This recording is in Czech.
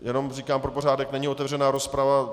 Jenom říkám pro pořádek, není otevřená rozprava.